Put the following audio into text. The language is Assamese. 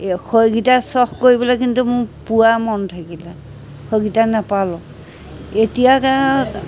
এই সেইকেইটা চখ কৰিবলৈ কিন্তু মোৰ পুৰা মন থাকিলে সেইকেইটা নাপালোঁ এতিয়া